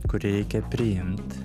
kurį reikia priimt